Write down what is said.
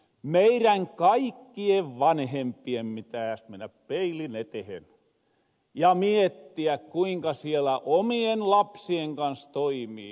meirän kaikkien vanhempien pitääs mennä peilin etehen ja miettiä kuinka siellä omien lapsien kans toimii